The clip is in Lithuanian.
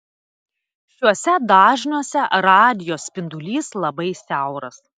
šiuose dažniuose radijo spindulys labai siauras